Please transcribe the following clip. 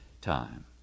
time